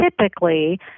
typically